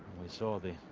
we saw the